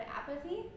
apathy